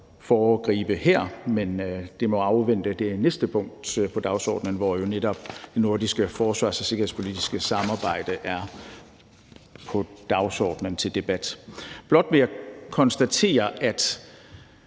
foregribe her, men det må afvente det næste punkt på dagsordenen, hvor netop det nordiske forsvars- og sikkerhedspolitiske samarbejde er på dagsordenen til debat. Blot vil jeg konstatere, at